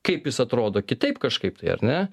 kaip jis atrodo kitaip kažkaip tai ar ne